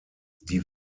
die